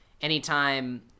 anytime